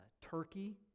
Turkey